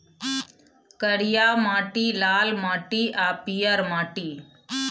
करिया माटि, लाल माटि आ पीयर माटि